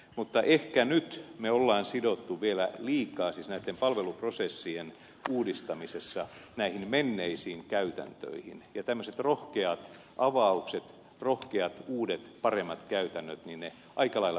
mutta ehkä nyt me olemme sidottuja vielä liikaa palveluprosessien uudistamisessa menneisiin käytäntöihin ja tämmöiset rohkeat avaukset rohkeat uudet paremmat käytännöt aika lailla vielä puuttuvat